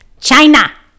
China